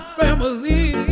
family